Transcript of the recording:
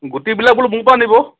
গুটিবিলাক বোলো মোৰ পৰা নিব